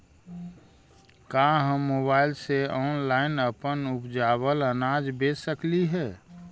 का हम मोबाईल से ऑनलाइन अपन उपजावल अनाज बेच सकली हे?